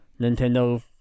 Nintendo